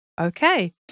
Okay